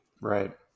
Right